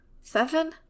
seven